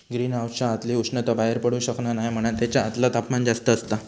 green हाउसच्या आतली उष्णता बाहेर पडू शकना नाय म्हणान तेच्या आतला तापमान जास्त असता